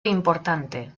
importante